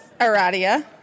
Aradia